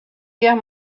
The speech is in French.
guerre